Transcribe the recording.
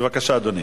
בבקשה, אדוני.